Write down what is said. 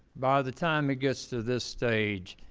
by the time it gets to this stage,